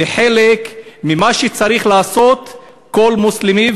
וחלק ממה שצריך לעשות כל מוסלמי.